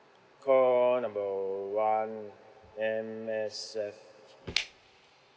call number one M_S_F